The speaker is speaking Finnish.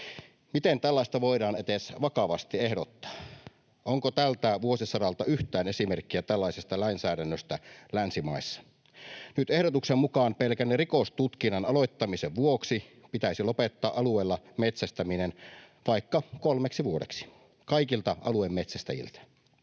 Miten tällaista voidaan edes vakavasti ehdottaa? Onko tältä vuosisadalta yhtään esimerkkiä tällaisesta lainsäädännöstä länsimaissa? Nyt ehdotuksen mukaan pelkän rikostutkinnan aloittamisen vuoksi pitäisi lopettaa alueella metsästäminen vaikka kolmeksi vuodeksi kaikilta alueen metsästäjiltä.